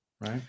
right